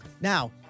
Now